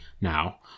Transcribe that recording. Now